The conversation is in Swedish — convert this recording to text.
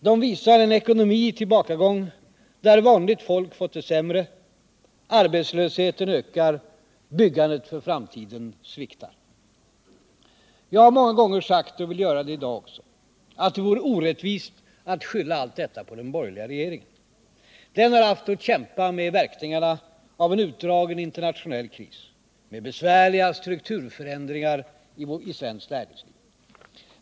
De visar en ekonomi i tillbakagång där vanligt folk fått det sämre, arbetslösheten ökar, byggandet för framtiden sviktar. Jag har många gånger sagt — och jag vill göra det i dag också — att det vore orättvist att skylla allt detta på den borgerliga regeringen. Den har haft att kämpa med verkningarna av en utdragen internationell kris, med besvärliga strukturförändringar i svenskt näringsliv.